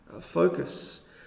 focus